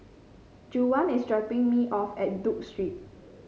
Juwan is dropping me off at Duke Street